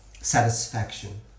satisfaction